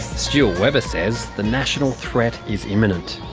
stuart webber says the national threat is imminent.